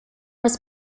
was